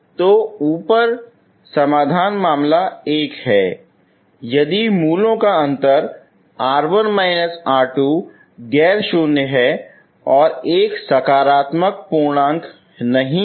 तो ऊपर समाधान मामला 1 है यदि जड़ों का अंतर गैर शून्य है और एक सकारात्मक पूर्णांक नहीं है